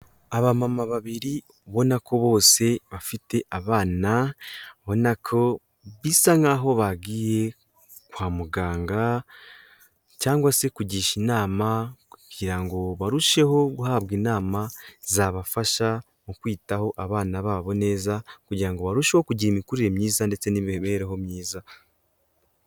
Abamama babiri ubona ko bose bafite abana, ubona ko bisa nk'aho bagiye kwa muganga cyangwa se kugisha inama kugira ngo barusheho guhabwa inama zabafasha mu kwitaho abana babo neza, kugira ngo barusheho kugira imikurire myiza ndetse n'imibereho myiza.